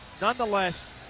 Nonetheless